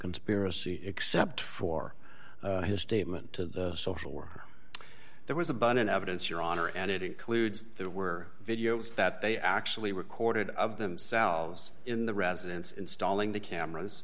conspiracy except for his statement to the social worker there was abundant evidence your honor and it includes there were videos that they actually recorded of themselves in the residence installing the cameras